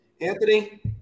Anthony